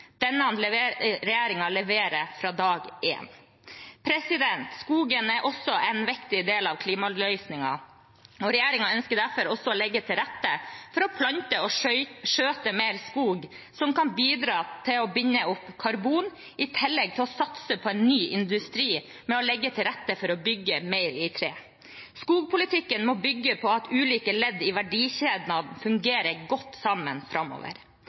Denne regjeringen leverer fra dag én. Skogen er også en viktig del av klimaløsningen. Regjeringen ønsker derfor å legge til rette for å plante og skjøtte mer skog som kan bidra til å binde opp karbon, i tillegg til å satse på en ny industri med å legge til rette for å bygge mer i tre. Skogpolitikken må bygge på at ulike ledd i verdikjeden fungerer godt sammen framover.